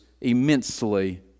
immensely